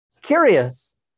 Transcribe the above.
Curious